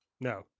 No